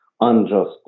unjust